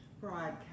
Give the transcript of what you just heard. broadcast